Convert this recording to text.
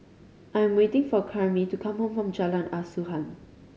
I am waiting for Karyme to come from Jalan Asuhan